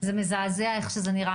זה מזעזע איך שזה נראה.